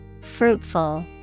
Fruitful